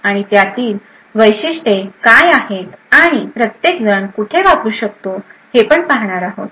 आणि त्यातील वैशिष्ट्ये काय आहेत आणि प्रत्येकजण कुठे वापरू शकतो हे पण पाहणार आहोत